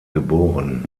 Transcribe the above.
geboren